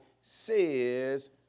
says